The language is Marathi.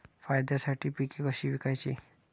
फायद्यासाठी पिके कशी विकायची?